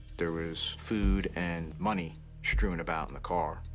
there was food and money strewn about in the car,